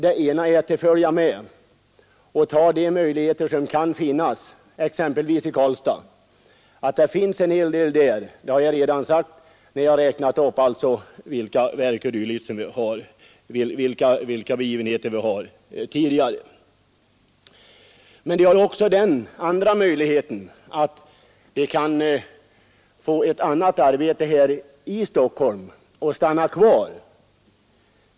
Den ena möjligheten är att följa med och ta de chanser som då bjuds, exempelvis i Karlstad. Som jag redan sagt finns där en hel del möjligheter. Jag räknade upp vilka verk och andra begivenheter som vi har där redan tidigare. Den andra möjligheten är att vederbörande kan få ett annat arbete i Stockholm och alltså stannar kvar här.